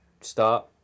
start